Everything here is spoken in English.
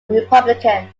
republican